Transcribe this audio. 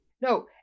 No